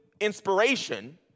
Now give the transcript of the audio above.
inspiration